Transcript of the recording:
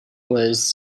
was